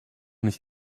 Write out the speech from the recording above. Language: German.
nicht